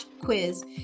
quiz